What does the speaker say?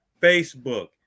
Facebook